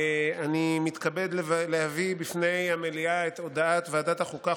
אני מתכבד להביא בפני המליאה את הודעת ועדת החוקה,